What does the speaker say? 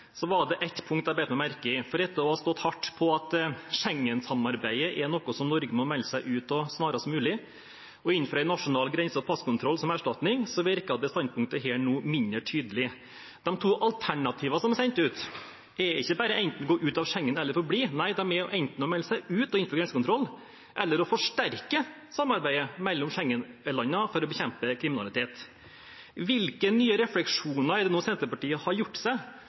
var det et punkt jeg bet meg merke i. For etter å ha stått hardt på at Schengen-samarbeidet er noe Norge må melde seg ut av snarest mulig og innføre en nasjonal grense og passkontroll som erstatning, virker dette standpunktet nå mindre tydelig. De to alternativene som er sendt ut, er ikke bare enten å gå ut av Schengen eller å forbli, det er enten å melde seg ut og innføre grensekontroll eller å forsterke samarbeidet mellom Schengen-landene for å bekjempe kriminalitet. Hvilke nye refleksjoner er det Senterpartiet nå har gjort seg,